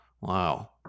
Wow